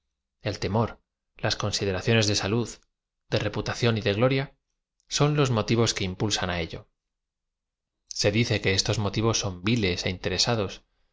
el temor las coneideraciones de salud de reputación y de gloría aon los motivos que impul san h ello se dice que estos m otivos son viles é inte